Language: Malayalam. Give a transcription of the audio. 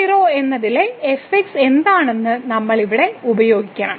00 എന്നതിലെ fx എന്താണെന്ന് നമ്മൾ ഇവിടെ ഉപയോഗിക്കണം